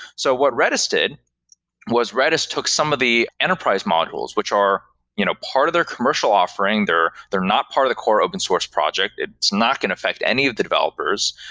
so what redis did was redis took some of the enterprise modules, which are you know part of their commercial offering. they're they're not part of the core open source project. it's not going to affect any of the developers,